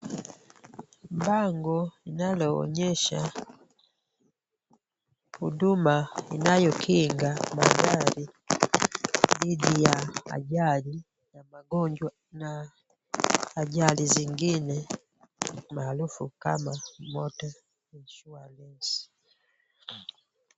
Bango linaloonyesha huduma inayokinga magari dhidi ya ajali ya magonjwa na ajali zingine maarufu kama Motor Insurance.